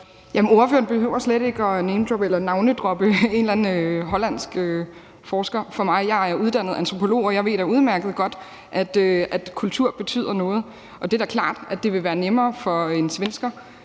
Ordføreren behøver slet ikke at namedroppe en eller anden hollandsk forsker for mig. Jeg er uddannet antropolog, og jeg ved da udmærket godt, at kultur betyder noget. Det er da klart, at det vil være nemmere for en svensker